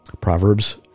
Proverbs